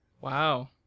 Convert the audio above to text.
wow